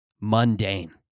mundane